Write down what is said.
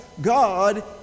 God